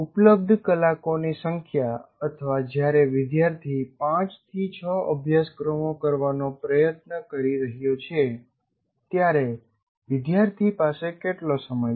ઉપલબ્ધ કલાકોની સંખ્યા અથવા જ્યારે વિદ્યાર્થી 5 થી 6 અભ્યાસક્રમો કરવાનો પ્રયત્ન કરી રહ્યો છે ત્યારે વિદ્યાર્થી પાસે કેટલો સમય છે